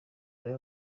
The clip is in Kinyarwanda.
urebe